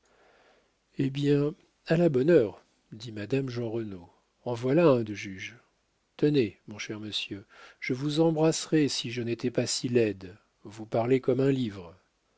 eh bien à la bonne heure dit madame jeanrenaud en voilà un de juge tenez mon cher monsieur je vous embrasserais si je n'étais pas si laide vous parlez comme un livre